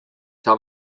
saa